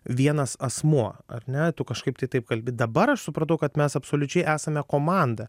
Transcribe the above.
vienas asmuo ar ne tu kažkaip tai taip kalbi dabar aš supratau kad mes absoliučiai esame komanda